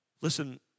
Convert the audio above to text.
Listen